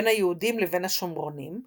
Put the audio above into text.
בין היהודים לבין השומרונים,